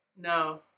no